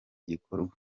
gikorwa